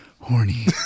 horny